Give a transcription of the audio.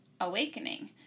awakening